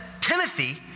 Timothy